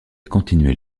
continuer